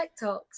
TikToks